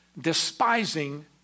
despising